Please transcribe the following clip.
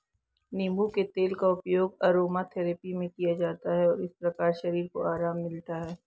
नींबू के तेल का उपयोग अरोमाथेरेपी में किया जाता है और इस प्रकार शरीर को आराम मिलता है